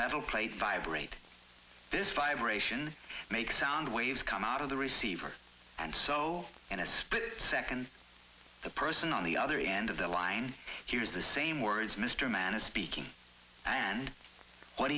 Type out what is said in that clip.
metal plates vibrate this fiber ation makes sound waves come out of the receiver and so in a split second the person on the other end of the line he was the same worries mr mann is speaking and